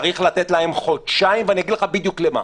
צריך לתת להם חודשיים, ואני אגיד לך בדיוק למה.